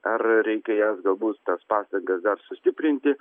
ar reikia jas galbūt tas pastangas dar sustiprinti